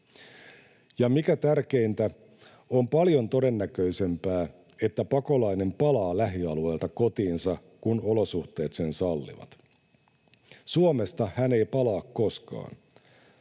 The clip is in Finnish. Ja mikä tärkeintä, on paljon todennäköisempää, että pakolainen palaa lähialueelta kotiinsa, kun olosuhteet sen sallivat — Suomesta hän ei palaa koskaan.